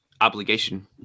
obligation